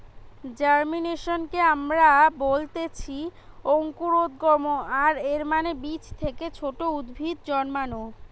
জার্মিনেশনকে আমরা বলতেছি অঙ্কুরোদ্গম, আর এর মানে বীজ থেকে ছোট উদ্ভিদ জন্মানো